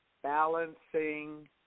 Balancing